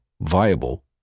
viable